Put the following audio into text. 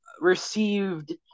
received